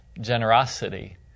Generosity